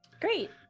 Great